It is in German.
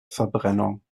verbrennung